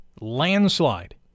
landslide